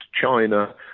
China